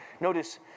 Notice